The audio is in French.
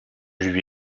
lui